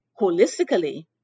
holistically